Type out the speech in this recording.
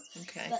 Okay